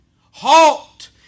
Halt